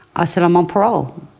i said, i'm on parole.